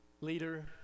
leader